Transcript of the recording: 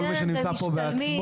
כל מי שנמצא פה בעצמו,